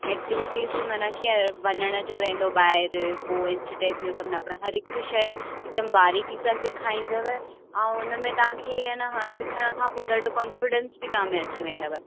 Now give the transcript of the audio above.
activities बि माना कीअं वञण जो रहंदो ॿाहिरि पोइ इंच टेप में कुझु नापणो हरि हिकु शइ हिकदमि बारीक़ी सां सेखारींदव ऐं उनमें तव्हांखे आहे न हं सिखणु खां पोइ ॾाढो कॉन्फिडंस बि तव्हां में अची वेंदव